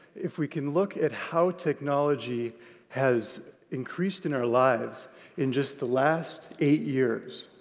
if we can look at how technology has increased in our lives in just the last eight years.